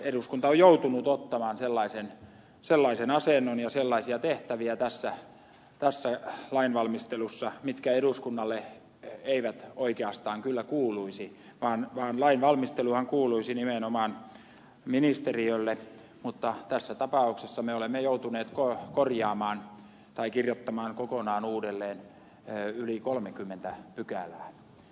eduskunta on joutunut ottamaan sellaisen asennon ja sellaisia tehtäviä tässä lain valmistelussa mitkä eduskunnalle eivät oikeastaan kyllä kuuluisi vaan lain valmisteluhan kuuluisi nimenomaan ministeriölle mutta tässä tapauksessa me olemme joutuneet korjaamaan tai kirjoittamaan kokonaan uudelleen yli kolmekymmentä pykälää